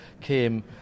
came